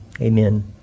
amen